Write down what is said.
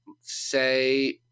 say